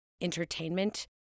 Entertainment